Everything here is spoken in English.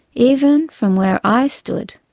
even from where i stood,